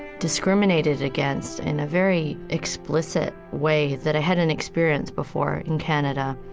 discriminated against in a very explicit way that i hadn't experienced before in canada.